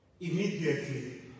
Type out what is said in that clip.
immediately